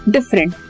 Different